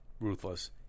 ruthless